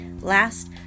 Last